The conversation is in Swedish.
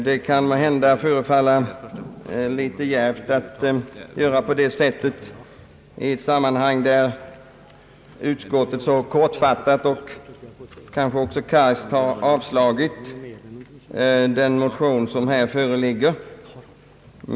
Det kan måhända förefalla lite djärvt att göra på det sättet i ett sammanhang, där utskottet så kortfattat och kargt har avslagit den motion som här föreligger.